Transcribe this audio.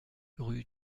rue